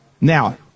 now